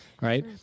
Right